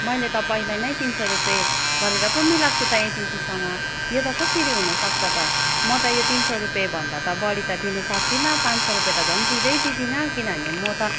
मैले त पहिला नै तिन सय रुपियाँ गरेर पो मिलाएको छु त एजेन्सीसँग यो त कसरी हुनु सक्छ त म त यो तिन सय रुपियाँभन्दा त बडी त दिनु सक्दिनँ पाँच सय रुपियाँ त झन् दिँदै दिदिनँ किनभने म त